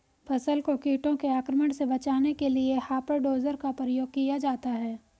फसल को कीटों के आक्रमण से बचाने के लिए हॉपर डोजर का प्रयोग किया जाता है